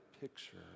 picture